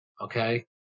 Okay